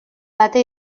data